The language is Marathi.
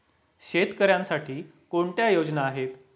शेतकऱ्यांसाठी कोणत्या योजना आहेत?